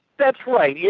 that's right. yeah